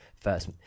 first